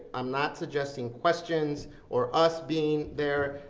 i'm not suggesting questions or us being there.